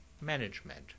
management